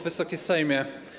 Wysoki Sejmie!